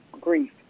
grief